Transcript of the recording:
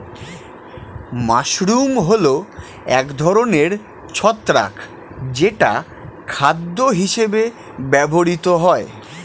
mushroom হল এক ধরনের ছত্রাক যেটা খাদ্য হিসেবে ব্যবহৃত হয়